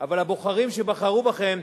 אבל, הבוחרים שבחרו בכם,